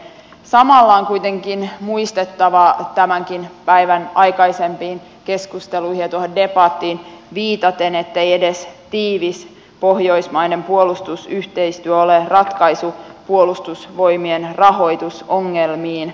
samalla on kuitenkin muistettava tämänkin päivän aikaisempiin keskusteluihin ja tuohon debattiin viitaten ettei edes tiivis pohjoismainen puolustusyhteistyö ole ratkaisu puolustusvoimien rahoitusongelmiin